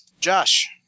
Josh